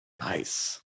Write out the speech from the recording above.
Nice